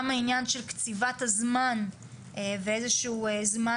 גם העניין של קציבת הזמן ואיזשהו זמן